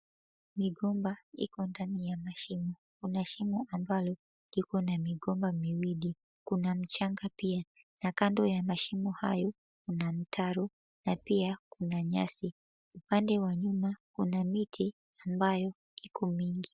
Migomba iko ndani ya mashine. Kuna shimo ambalo liko na migomba miwili. Kuna mchanga pia na kando ya mashimo hayo kuna mitaro na pia kuna nyasi. Upande wa nyuma kuna miti ambayo iko mingi.